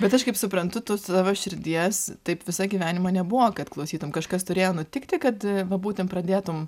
bet aš kaip suprantu tu savo širdies taip visą gyvenimą nebuvo kad klausytum kažkas turėjo nutikti kad va būtent pradėtum